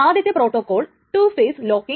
ആദ്യം എന്താണ് ഈ ടൈംസ്റ്റാമ്പ് എന്നു നോക്കാം